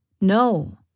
No